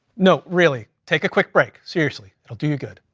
no, really take a quick break. seriously, it'll do you good.